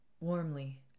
warmly